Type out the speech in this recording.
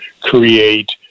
create